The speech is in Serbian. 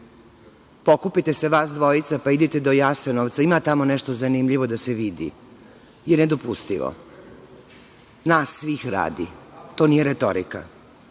pokupite se vas dvojica pa idite do Jasenovca, ima tamo nešto zanimljivo da se vidi je nedopustivo. Nas svih radi, to nije retorika,